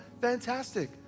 fantastic